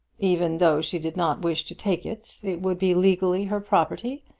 even though she did not wish to take it, it would be legally her property,